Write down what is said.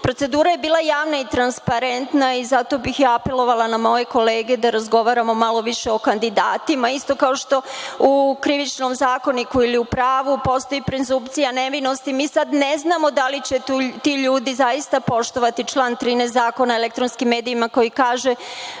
Procedura je bila javna i transparentna i zato bih ja apelovala na moje kolege da razgovaramo malo više o kandidatima, isto kao što u Krivičnom zakoniku ili u pravu postoji prezumpcija nevinosti, mi sada ne znamo da li će ti ljudi zaista poštovati član 13. Zakona o elektronskim medijima, koji kaže